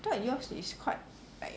I thought yours is quite like